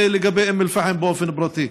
ולגבי אום אל-פחם בפרט?